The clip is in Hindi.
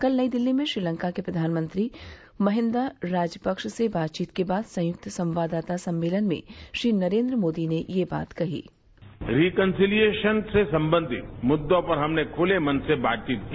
कल नई दिल्ली में श्रीलंका के प्रधानमंत्री महिन्दा राजपक्ष से बातचीत के बाद संयुक्त संवाददाता सम्मेलन में श्री नरेन्द्र मोदी ने ये बात कही री कन्सीलिएशन से संबंधित मुद्दों पर हमने खुले मन से बातचीत की